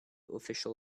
official